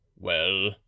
Well